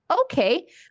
Okay